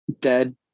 dead